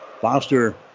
Foster